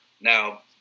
now